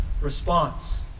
response